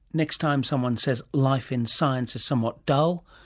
next time someone says life in science is somewhat dull,